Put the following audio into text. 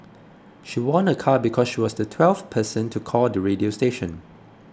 she won a car because she was the twelfth person to call the radio station